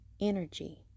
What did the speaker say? energy